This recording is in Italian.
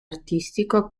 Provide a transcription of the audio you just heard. artistico